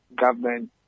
government